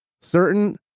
certain